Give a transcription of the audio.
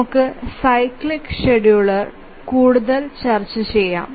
നമുക്ക് cyclic scheduler ചർച്ച ചെയ്യാം